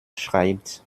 schreibt